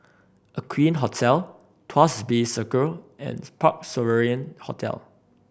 Aqueen Hotel Tuas Bay Circle and Parc Sovereign Hotel